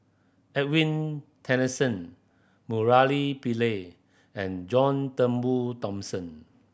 Edwin Tessensohn Murali Pillai and John Turnbull Thomson